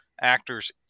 actors